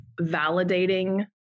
validating